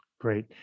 Great